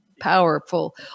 powerful